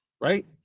Right